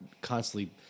constantly